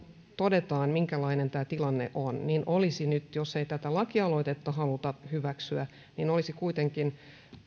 todetaan minkälainen tämä tilanne on jos tätä lakialoitetta ei haluta hyväksyä olisi nyt kuitenkin se